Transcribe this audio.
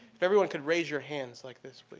if everyone could raise your hands like this,